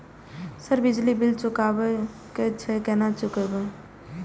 Sir बिजली bill चुकाबे की छे केना चुकेबे?